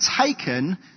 taken